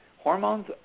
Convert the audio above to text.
Hormones